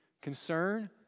Concern